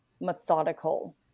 methodical